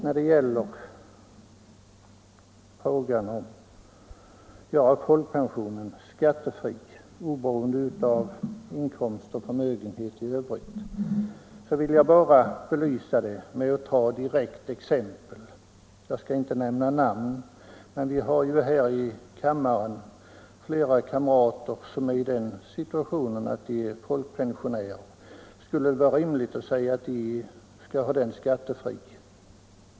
Frågan om att göra folkpensionen skattefri, oberoende av inkomst och förmögenhet i övrigt, vill jag belysa genom att ta ett direkt exempel. Jag skall inte nämna några namn, men vi har här i kammaren flera kamrater som är folkpensionärer. Skulle det vara rimligt att de fick ha folkpensionen skattefri?